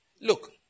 look